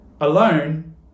alone